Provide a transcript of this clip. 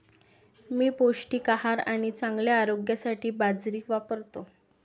मी पौष्टिक आहार आणि चांगल्या आरोग्यासाठी बाजरी वापरतो